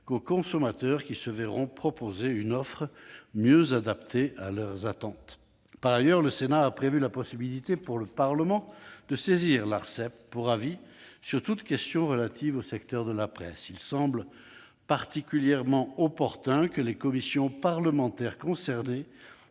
qu'aux consommateurs, qui se verront proposer une offre mieux adaptée à leurs attentes. Par ailleurs, le Sénat a prévu que le Parlement puisse saisir l'Arcep pour avis sur toute question relative au secteur de la presse. Il semble particulièrement opportun que les commissions parlementaires concernées,